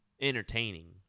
entertaining